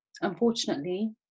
Unfortunately